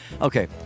Okay